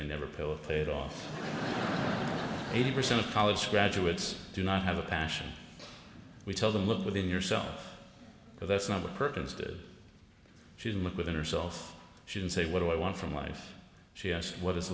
they never pill or paid off eighty percent of college graduates do not have a passion we tell them look within yourself but that's not the purpose did she look within herself she didn't say what do i want from life she asked what is